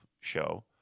show